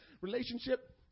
Relationship